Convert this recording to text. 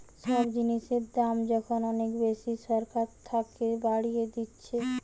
সব জিনিসের দাম যখন অনেক বেশি সরকার থাকে বাড়িয়ে দিতেছে